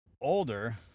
older